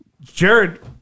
Jared